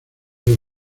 dios